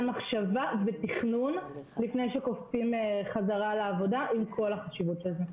מחשבה ותכנון לפני שקופצים חזרה לעבודה עם כל החשיבות של זה.